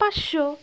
পাঁচশো